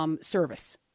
service